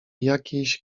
jakiejś